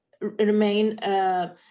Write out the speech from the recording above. remain